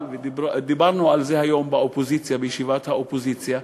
דיברנו על זה היום בישיבת האופוזיציה,